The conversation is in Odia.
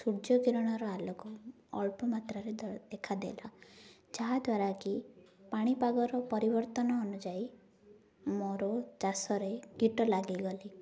ସୂର୍ଯ୍ୟକିରଣର ଆଲୋକ ଅଳ୍ପ ମାତ୍ରାରେ ଦେଖାଦେଲା ଯାହାଦ୍ୱାରା କିି ପାଣିପାଗର ପରିବର୍ତ୍ତନ ଅନୁଯାୟୀ ମୋର ଚାଷରେ କୀଟ ଲାଗିଗଲି